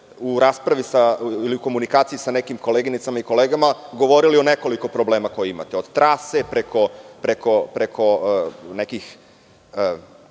rasprave ste u komunikaciji sa nekim koleginicama i kolegama govorili o nekoliko problema koje imate, od trase, preko nekih